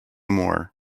more